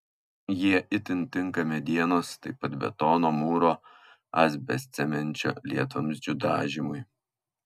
jie itin tinka medienos taip pat betono mūro asbestcemenčio lietvamzdžių dažymui